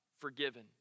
forgiven